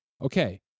okay